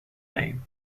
name